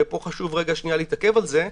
ופה חשוב רגע להתעכב על זה,